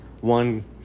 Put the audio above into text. one